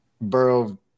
borough